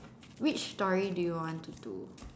which story do you want to do